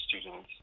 students